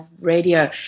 radio